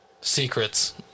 Secrets